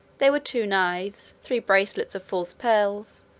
they were two knives, three bracelets of false pearls,